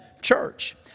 church